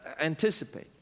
anticipate